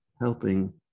helping